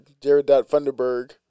Jared.Funderburg